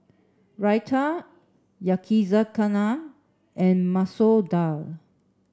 Raita Yakizakana and Masoor Dal